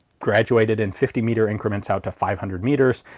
graduated in fifty meter increments out to five hundred meters.